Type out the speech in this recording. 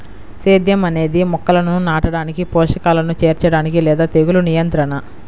సేద్యం అనేది మొక్కలను నాటడానికి, పోషకాలను చేర్చడానికి లేదా తెగులు నియంత్రణ